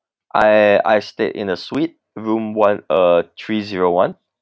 I I stayed in a suite room one uh three zero one